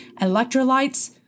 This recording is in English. electrolytes